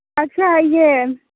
ᱟᱪᱪᱷᱟ ᱤᱭᱟᱹ